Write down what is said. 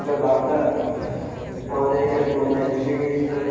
একবার বাগদা আমাদের এখানে বন্যায় ভেসে গিয়েছিলো